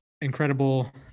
incredible –